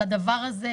לדבר הזה,